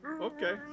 okay